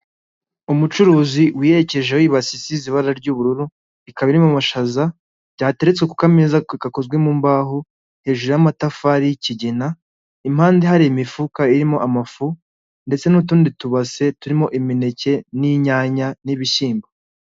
Umucuruzi wiyerekeje wibasisize ibara ry'ubururu, ikaba iririmo mu mashaza byateretse kuko kuko ameza kakozwe mu mbaho, y'amatafari y'ikigina impande i hari imifuka irimo amafu ndetse n'utundi tubase turimo imineke n'inyanya n'ibishyimbo.